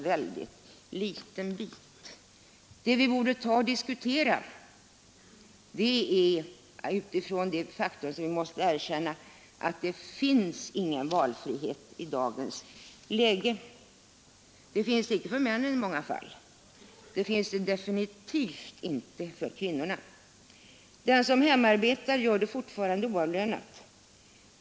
Vi borde diskutera utifrån det faktum som vi måste erkänna, nämligen att det inte finns någon valfrihet i dagens läge; den finns inte för männen i många fall, och den finns definitivt inte för kvinnorna. Den som hemarbetar gör det fortfarande oavlönad.